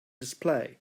display